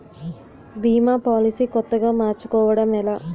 భీమా policy కొత్తగా మార్చుకోవడం ఎలా?